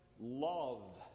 love